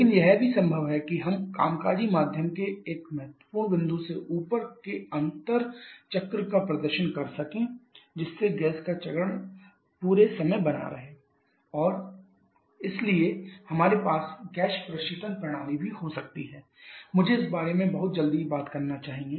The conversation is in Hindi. लेकिन यह भी संभव है कि हम कामकाजी माध्यम के महत्वपूर्ण बिंदु से ऊपर के अंतर चक्र का प्रदर्शन कर सकें जिससे गैस का चरण पूरे समय बना रहे और और इसलिए हमारे पास गैस प्रशीतन प्रणाली भी हो सकती है मुझे इस बारे में बहुत जल्दी बात करना चाहिए